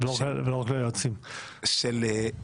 מנצלים את זמן הדיבור שלהם למטרות שאתה טוען שהן מטרות זרות.